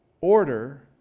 Order